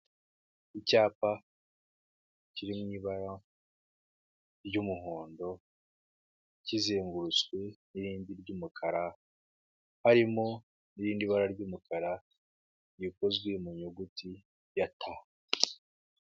Icyapa kiri mu ibara ry'umuhondo kizengurutswe n'irindi ry'umukara, harimo n'irindi bara ry'umukara rikozwe mu nyuguti ya "t".